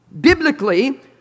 biblically